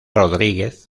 rodríguez